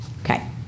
okay